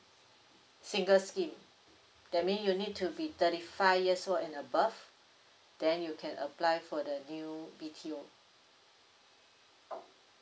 singles scheme that mean you need to be thirty five years old and above then you can apply for the new B_T_O